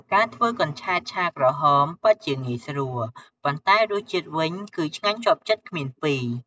ការធ្វើកញ្ឆែតឆាក្រហម ពិតជាងាយស្រួល ប៉ុន្តែរសជាតិវិញគឺឆ្ងាញ់ជាប់ចិត្តគ្មានពីរ។